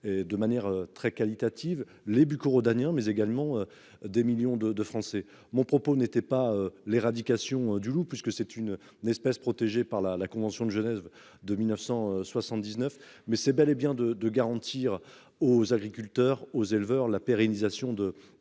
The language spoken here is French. de manière très qualitative, les bucco-rhodaniens mais également des millions de Français, mon propos n'était pas l'éradication du loup puisque c'est une une espèce protégée par la la convention de Genève de 1979. Mais c'est bel et bien de de garantir aux agriculteurs, aux éleveurs, la pérennisation de